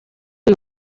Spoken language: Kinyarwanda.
uyu